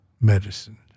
medicine